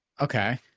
Okay